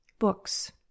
Books